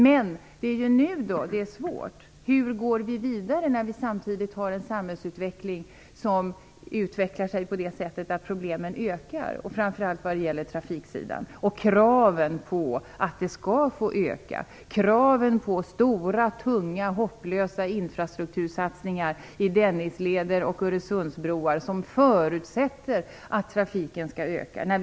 Men det är ju nu det blir svårt. Hur går vi vidare när vi samtidigt har en samhällsutveckling som gör att problemen på framför allt trafikområdet ökar? Det är krav på att de skall få öka - krav på stora tunga hopplösa infrastruktursatsningar som Dennisleden och Öresundsbron, vilka förutsätter att trafiken ökar.